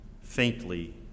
faintly